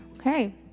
Okay